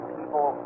people